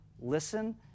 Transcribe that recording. Listen